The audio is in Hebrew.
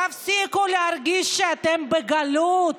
תפסיקו להרגיש שאתם בגלות.